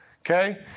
okay